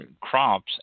crops